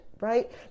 Right